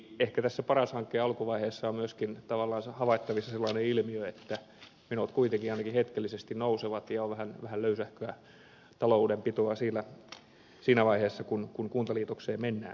ehkä tässä paras hankkeen alkuvaiheessa on myöskin tavallaan havaittavissa sellainen ilmiö että menot kuitenkin ainakin hetkellisesti nousevat ja on vähän löysähköä taloudenpitoa siinä vaiheessa kun kuntaliitokseen mennään